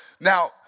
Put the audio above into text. now